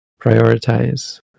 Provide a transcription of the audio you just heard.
prioritize